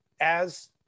as-